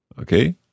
Okay